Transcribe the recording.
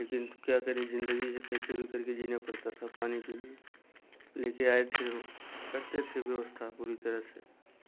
लेकिन क्या करें जिंदगी है कैसे भी करके जीना पड़ता था पानी के लिए लेकर आए थे वह करते थे व्यवस्था पूरी तरह से